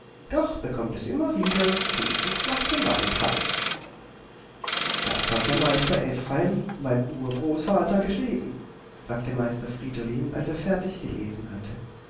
doch bekommt es immer wieder sehnsucht nach dem waldhaus das hat der meister ephraim der urgroßvater geschrieben sagte meister friedolin als er fertig gelesen hatte